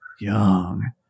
young